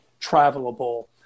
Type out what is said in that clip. travelable